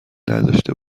نداشته